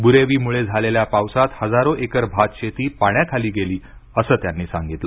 बुरेवी मुळे झालेल्या पावसात हजारो एकर भातशेती पाण्याखाली गेली असं त्यांनी सांगितलं